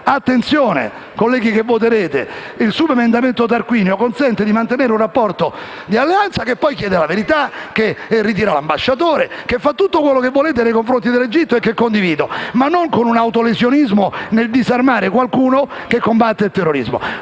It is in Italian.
attenzione, colleghi che voterete. Il subemendamento 4.100/1 del senatore Tarquinio consente di mantenere un rapporto di alleanza in una posizione che comunque chiede la verità, che ritira l'ambasciatore e che fa tutto quello che volete nei confronti dell'Egitto (e che condivido), ma non con un autolesionismo nel disarmare qualcuno che combatte il terrorismo.